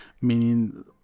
meaning